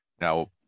now